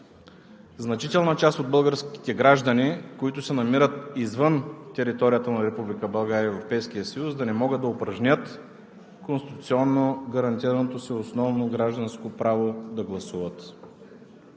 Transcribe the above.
значителна част от българските граждани, които се намират извън територията на Република България и Европейския съюз да не могат да упражнят конституционно гарантираното си основно гражданско право да гласуват.